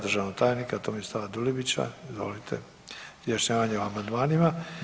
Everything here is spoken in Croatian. državnog tajnika Tomislava Dulibića izvolite, izjašnjavanje o amandmanima.